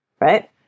Right